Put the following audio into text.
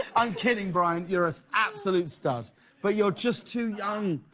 i'm kidding bryan. you're absolute stud but you're just too young!